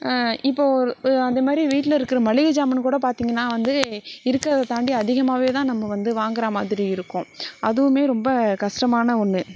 இப்போ ஒரு அந்த மாதிரி வீட்டில் இருக்கிற மளிகை சாமான்னு கூட பார்த்தீங்கன்னா வந்து இருக்கிறத தாண்டி அதிகமாகவே தான் நம்ம வந்து வாங்கிற மாதிரி இருக்கும் அதுவுமே ரொம்ப கஷ்டமான ஒன்று